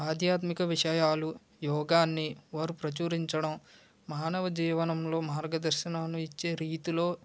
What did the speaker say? ఆధ్యాత్మిక విషయాలు యోగాన్ని వారు ప్రచురించడం మానవ జీవనంలో మార్గదర్శనాన్ని ఇచ్చే రీతిలో